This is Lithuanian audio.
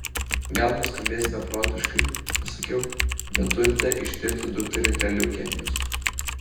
gal nuskambės beprotiškai pasakiau bet turite ištirti dukterį dėl leukemijos